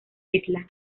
isla